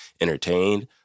entertained